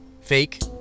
Fake